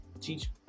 Teach